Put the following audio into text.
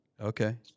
Okay